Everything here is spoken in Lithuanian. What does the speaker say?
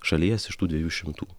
šalies iš tų dviejų šimtų